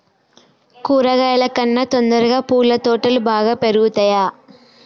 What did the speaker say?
కూరగాయల కన్నా తొందరగా పూల తోటలు బాగా పెరుగుతయా?